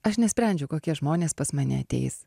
aš nesprendžiu kokie žmonės pas mane ateis